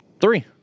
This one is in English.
Three